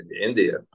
India